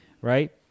right